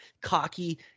cocky